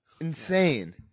insane